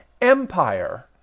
empire